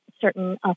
certain